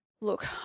Look